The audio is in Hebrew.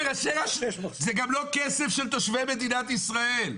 זה גם לא כסף של תושבי מדינת ישראל.